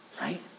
right